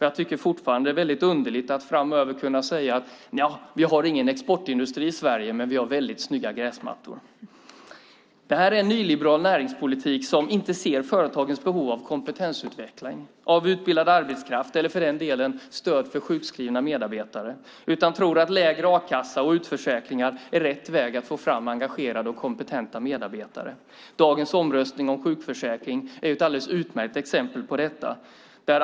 Jag tycker fortfarande att det är väldigt underligt att framöver kunna säga: Nja, vi har ingen exportindustri i Sverige, men vi har väldigt snygga gräsmattor! Det är en nyliberal näringspolitik som inte ser företagens behov av kompetensutveckling, av utbildad arbetskraft eller för den delen av stöd för sjukskrivna medarbetare utan tror att lägre a-kassa och utförsäkringar är rätt väg att få fram engagerade och kompetenta medarbetare. Dagens omröstning om sjukförsäkring är ett utmärkt exempel på detta.